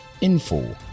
info